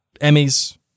Emmys